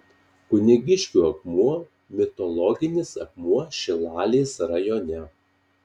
kunigiškių akmuo mitologinis akmuo šilalės rajone